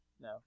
No